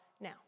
now